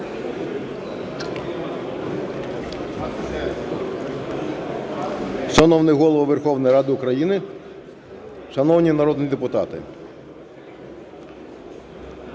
Шановний Голово Верховної Ради України, шановні народні депутати,